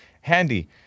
handy